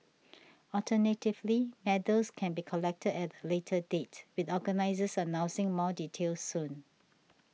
alternatively medals can be collected at a later date with organisers announcing more details soon